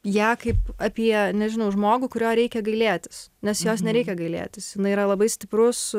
ją kaip apie nežinau žmogų kurio reikia gailėtis nes jos nereikia gailėtis jinai yra labai stiprus